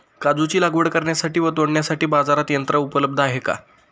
काजूची लागवड करण्यासाठी व तोडण्यासाठी बाजारात यंत्र उपलब्ध आहे का?